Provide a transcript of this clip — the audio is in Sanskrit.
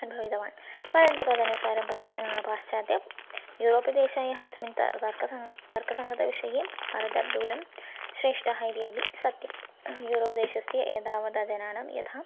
अनुभवितवान् परन्तु तदनुसारं पश्य पाश्चात्य यूरोप्यदेशायाः अस्मिन् ता तर्कसङ्ग् तर्कसङ्गतविषये भारतात् दूरं श्रेष्टः इति अपि सत्यं यूरोपदेशस्य एतावता जनानां यथा